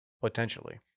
Potentially